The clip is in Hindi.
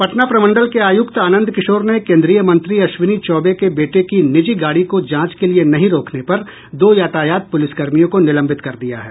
पटना प्रमंडल के आयुक्त आनंद किशोर ने केन्द्रीय मंत्री अश्विनी चौबे के बेटे की निजी गाड़ी को जांच के लिए नहीं रोकने पर दो यातायात पुलिस कर्मियों को निलंबित कर दिया है